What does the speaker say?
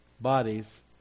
bodies